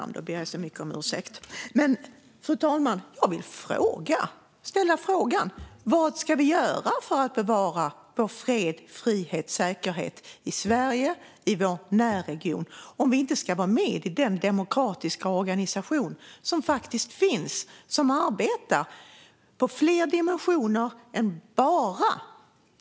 Men, fru talman, jag vill ställa frågan: Vad ska vi göra för att bevara vår fred, frihet och säkerhet i Sverige och i vår närregion om vi inte ska vara med i den demokratiska organisation som faktiskt finns och som arbetar med fler dimensioner?